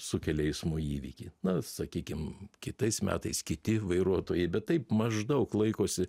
sukelia eismo įvykį na sakykim kitais metais kiti vairuotojai bet taip maždaug laikosi